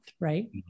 right